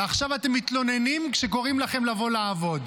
ועכשיו אתם מתלוננים כשקוראים לכם לבוא לעבוד.